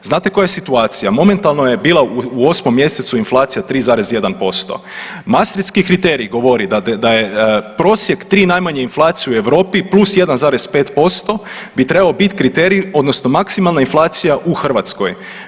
Znate koja je situacija, momentalno je bila u 8. mjesecu inflacija 3,1% Maastrichtski kriteriji govori da je prosjek tri najmanje inflacije u Europi plus 1,5% bi trebao biti kriterij odnosno maksimalna inflacija u Hrvatskoj.